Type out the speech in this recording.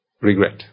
regret